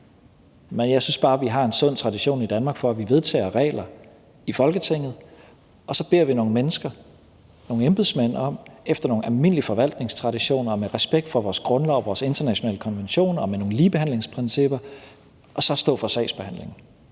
Men jeg synes bare, at vi har en sund tradition i Danmark for, at vi vedtager regler i Folketinget, og så beder vi nogle mennesker, nogle embedsmænd, om efter nogle almindelige forvaltningstraditioner og med respekt for vores grundlov, vores internationale konventioner og med nogle ligebehandlingsprincipper at stå for sagsbehandlingen.